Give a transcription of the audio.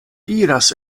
iras